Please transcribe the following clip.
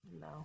No